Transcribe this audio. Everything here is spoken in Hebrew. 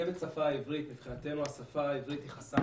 צוות שפה עברית מבחינתנו השפה העברית היא חסם